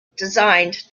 designed